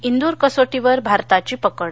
इंदूर कसोटीवर भारताची पकड